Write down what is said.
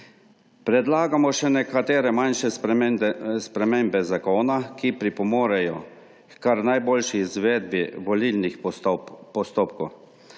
Predlagamo še nekatere manjše spremembe zakona, ki pripomorejo h kar najboljši izvedbi volilnih postopkov,